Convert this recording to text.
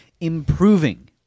improving